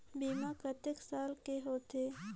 बीमा कतेक साल के होथे?